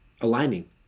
aligning